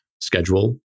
schedule